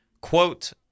quote